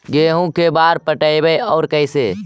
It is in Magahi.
गेहूं के बार पटैबए और कैसे?